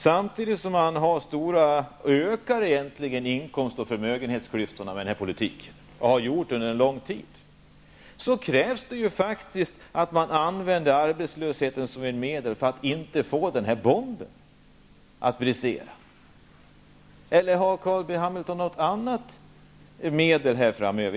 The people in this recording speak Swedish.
Samtidigt som inkomst och förmögenhetsklyftorna ökar med den här förda politiken -- och har så gjort under en längre tid -- krävs det, såvitt jag förstår, för att hålla tillbaka inflationstrycket, att man använder arbetslösheten som ett medel för att inte bomben skall brisera. Har Carl B. Hamilton något annat medel framöver?